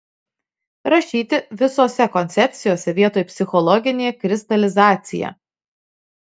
rašyti visose koncepcijose vietoj psichologinė kristalizacija